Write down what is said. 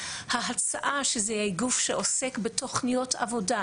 ההצעה שזה יהיה גוף שעוסק בתוכניות עבודה,